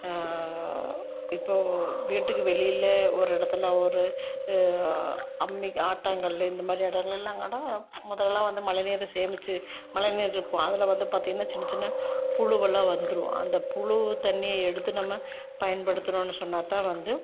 இப்போது வீட்டுக்கு வெளியில் ஒரு இடத்துல ஒரு அம்மி ஆட்டாங்கல்லு இந்தமாதிரி இடங்களிலாம் கூட முதல்லலாம் வந்து மழை நீரை சேமித்து மழை நீர் இருக்கும் அதில் வந்து பார்த்திங்கன்னா சின்ன சின்ன புழுவெல்லாம் வந்துடும் அந்த புழு தண்ணியை எடுத்து நம்ம பயன்படுத்தினோன்னு சொன்னால் தான் வந்து